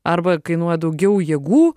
arba kainuoja daugiau jėgų